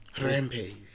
Rampage